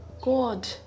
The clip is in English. god